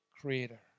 creator